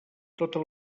totes